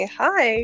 hi